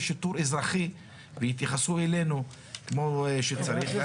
שיטור אזרחי ויתייחסו אלינו כמו שצריך.